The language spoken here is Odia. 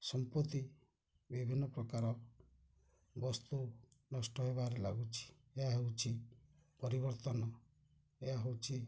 ସମ୍ପତ୍ତି ବିଭିନ୍ନ ପ୍ରକାର ବସ୍ତୁ ନଷ୍ଟ ହେବାରେ ଲାଗୁଛି ଏହା ହେଉଛି ପରିବର୍ତ୍ତନ ଏହା ହଉଛି